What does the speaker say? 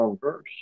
verse